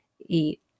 eat